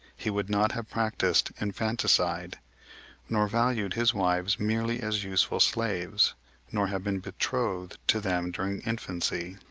he would not have practised infanticide nor valued his wives merely as useful slaves nor have been betrothed to them during infancy.